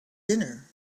dinner